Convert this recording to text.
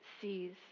sees